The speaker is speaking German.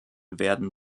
werden